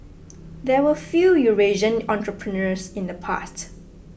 there were few Eurasian entrepreneurs in the past